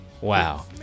wow